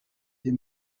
des